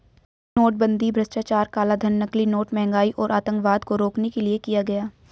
नोटबंदी भ्रष्टाचार, कालाधन, नकली नोट, महंगाई और आतंकवाद को रोकने के लिए किया गया